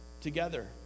Together